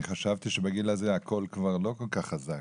אני חשבתי שבגיל הזה הקול כבר לא כל כך חזק.